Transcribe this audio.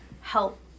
help